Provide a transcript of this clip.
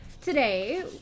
today